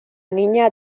niña